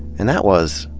and that was,